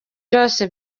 byose